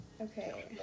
Okay